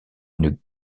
une